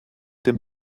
den